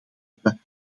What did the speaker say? hebben